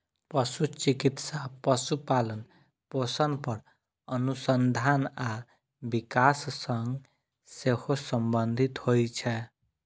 पशु चिकित्सा पशुपालन, पोषण पर अनुसंधान आ विकास सं सेहो संबंधित होइ छै